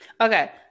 Okay